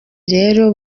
rero